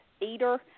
eater